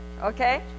Okay